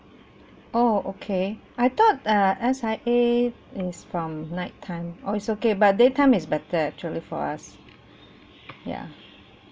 oh okay I thought err S_I_A is from night time oh it's okay but day time is better actually for us ya